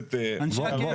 הכנסת משה ארבל,